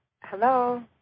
hello